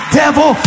devil